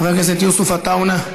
חבר הכנסת יוסף עטאונה,